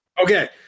Okay